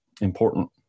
important